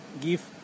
Give